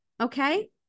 Okay